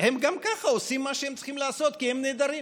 הם גם ככה עושים מה שהם צריכים לעשות כי הם נהדרים,